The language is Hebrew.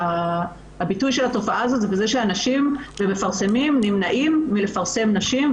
הביטוי של התופעה הזו בזה שמפרסמים נמנעים מלפרסם נשים,